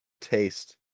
taste